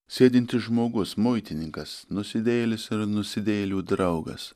sėdintis žmogus muitininkas nusidėjėlis ir nusidėjėlių draugas